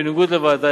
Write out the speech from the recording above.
בניגוד לוועדה,